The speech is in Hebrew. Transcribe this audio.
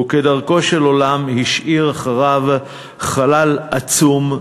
וכדרכו של עולם, השאיר אחריו חלל עצום.